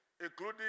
Including